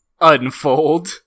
unfold